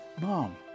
Mom